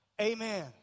Amen